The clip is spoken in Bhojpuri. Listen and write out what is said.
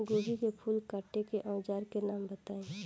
गोभी के फूल काटे के औज़ार के नाम बताई?